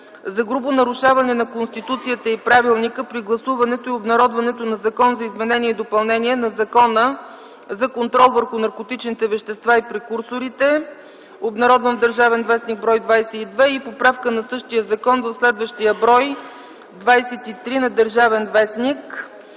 за грубо нарушаване на Конституцията и Правилника при гласуването и обнародването на Закона за изменение и допълнение на Закона за контрол върху наркотичните вещества и прекурсорите, обнародван в „Държавен вестник” бр. 22 и поправка на същия закон в следващия бр. 23 на „Държавен вестник”.